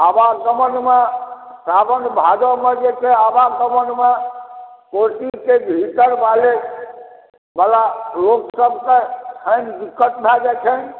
आवागमन मे साओन भादव मे जे छै आवागमन मे कोशी के भीतर वाले वला रूप सबसऽ हानि दिकक्त भऽ जाय छनि